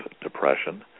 depression